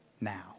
now